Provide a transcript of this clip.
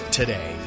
today